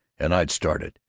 and i'd start it,